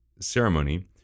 ceremony